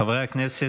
חברי הכנסת,